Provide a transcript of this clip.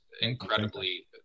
incredibly